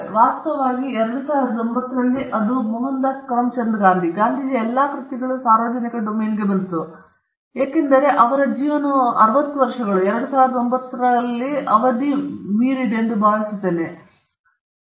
ವಾಸ್ತವವಾಗಿ 2009 ರಲ್ಲಿ ಅದು ಮೋಹನ್ದಾಸ್ ಕರಮ್ಚಂದ್ ಗಾಂಧಿ ಗಾಂಧೀಜಿಯ ಎಲ್ಲಾ ಕೃತಿಗಳೂ ಸಾರ್ವಜನಿಕ ಡೊಮೇನ್ಗೆ ಬಂದಿತು ಏಕೆಂದರೆ ಅವರ ಜೀವನವು 60 ವರ್ಷಗಳು 2009 ರಲ್ಲಿ ಅವಧಿ ಮೀರಿದೆ ಎಂದು ನಾನು ಭಾವಿಸುತ್ತೇನೆ ನಾನು ದಿನಾಂಕವನ್ನು ಪರಿಶೀಲಿಸಿ ಮತ್ತು ಹೇಳಬಲ್ಲೆ